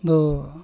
ᱫᱚ